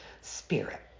spirit